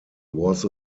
was